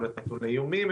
יכול להיות נתון לאיומים,